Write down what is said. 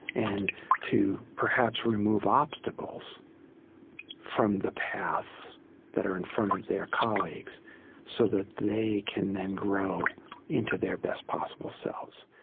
and to perhaps remove obstacles from the paths that are in front of their colleagues so that they can then grow into their best possible selves.